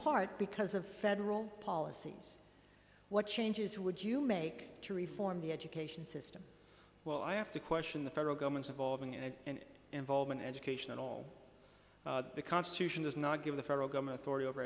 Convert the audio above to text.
part because of federal policies what changes would you make to reform the education system well i have to question the federal government's evolving and in involved in education and all the constitution does not give the federal government authority over